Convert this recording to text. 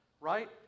right